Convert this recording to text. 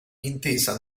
intesa